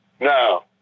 No